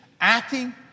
acting